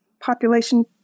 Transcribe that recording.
population